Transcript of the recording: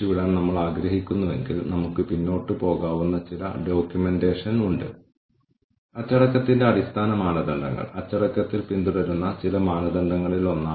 കൂടാതെ പ്രത്യേകിച്ചും സ്കോർകാർഡുകളുടെ പരിപാലനത്തിന്റെ കാര്യത്തിൽ ഉപയോക്തൃ ഡാറ്റ ഞങ്ങളുടെ പക്കലുണ്ടെങ്കിൽ എത്ര പേർ ദിവസേന ലോഗിൻ ചെയ്യുന്നു എത്ര ആളുകൾ ഈ പുതിയ പരിശീലനം ദിവസേന ഉപയോഗിക്കുന്നു തുടങ്ങിയവ വിലയിരുത്തപ്പെടുന്നു